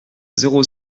zéro